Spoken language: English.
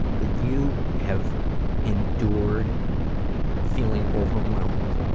that you have endured feeling overwhelmed,